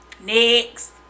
Next